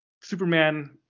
Superman